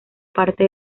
parte